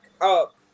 up